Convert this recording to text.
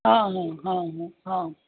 हाँ हाँ हाँ हाँ हाँ